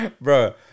Bro